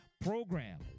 program